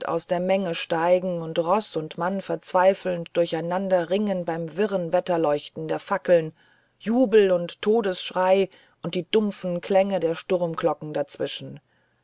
aus der menge steigen und roß und mann verzweifelnd durcheinanderringen beim wirren wetterleuchten der fackeln jubel und todesschrei und die dumpfen klänge der sturmglocken dazwischen